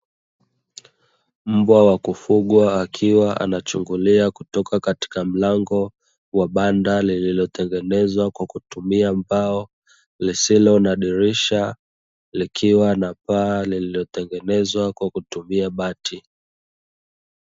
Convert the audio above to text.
Mbwa wa kufugwa, akiwa anachungulia kutoka katika mlango wa banda lililotengenezwa kwa kutumia mbao, lisilo na dirisha likiwa na paa lililotengenezwa kwa kutumia bati.